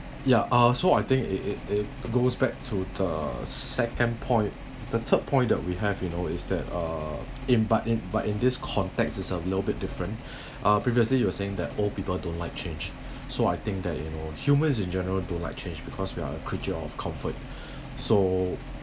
ya uh so I think it it it goes back to the second point the third point that we have you know is that uh in but in but in this context of little bit different uh previously you were saying that old people don't like change so I think that you know humans in general don't like change because we are a creature of comfort so